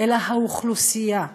אלא האוכלוסייה של"